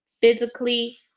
physically